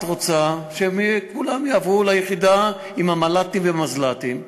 את רוצה שהם כולם יעברו ליחידה עם המל"טים והמזל"טים.